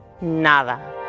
nada